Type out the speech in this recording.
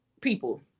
people